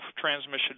transmission